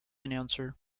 announcer